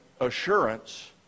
assurance